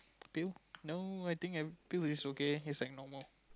two no I think I'm two is okay he's abnormal